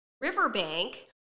riverbank